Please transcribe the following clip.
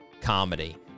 comedy